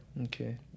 Okay